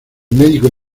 médico